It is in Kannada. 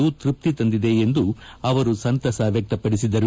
ತ್ಪಪಿ ತಂದಿದೆ ಎಂದು ಅವರು ಸಂತಸ ವ್ಯಕ್ತಪಡಿಸಿದರು